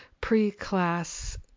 pre-class